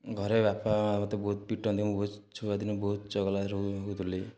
ଘରେ ବାପା ମା' ମୋତେ ବହୁତ ପିଟନ୍ତି ମୁଁ ଛୁଆ ଦିନେ ବହୁତ ଚଗଲା ହେଉଥିଲି